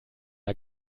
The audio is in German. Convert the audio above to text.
der